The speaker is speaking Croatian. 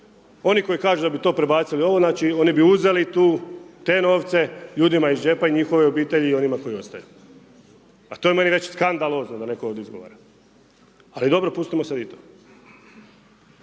Oni koji kažu da bi to prebacili ovo, znači oni bi uzeli tu, te novce ljudima iz džepa i njihove obitelji i onima koji ostaju, a to je meni već skandalozno da netko ovdje izgovara, ali dobro, pustimo sad i to.